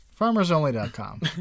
Farmersonly.com